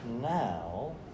now